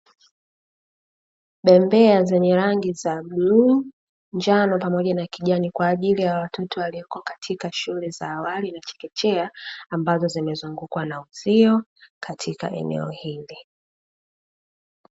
Bembea zenye rangi za bluu, njano pamoja na kijani, kwa ajili ya watoto walioko katika shule za awali na chekechea, ambazo zimezungukwa na uzio katika eneo hili.